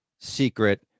secret